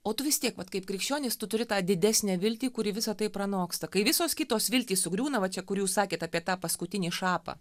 o tu vis tiek vat kaip krikščionis tu turi tą didesnę viltį kuri visa tai pranoksta kai visos kitos viltys sugriūna va čia kur jūs sakėt apie tą paskutinį šapą